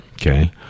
okay